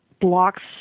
blocks